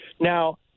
Now